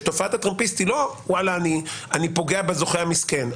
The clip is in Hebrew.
שהיא לא אני פוגע בזוכה המסכן,